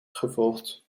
gevolgd